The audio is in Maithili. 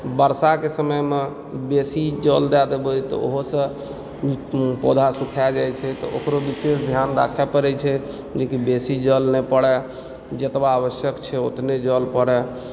वर्षाके समयमे बेसी जल दय देबय तऽ ओहोसँ पौधा सुखा जाइ छै तऽ ओकरो विशेष ध्यान राखय पड़ैत छै जेकि बेसी जल नहि पड़य जतबा आवश्यक छै उतने जल पड़ै